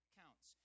counts